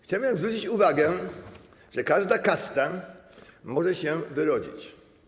Chciałbym zwrócić uwagę, że każda kasta może się wyrodzić.